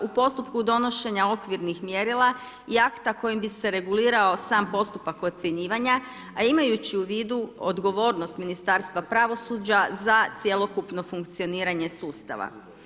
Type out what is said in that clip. U postupku donošenja okvirnih mjerila i akta kojim bi se regulirao sam postupak ocjenjivanja, a imajući u vidu odgovornost Ministarstva pravosuđa za cjelokupno funkcioniranje sustava.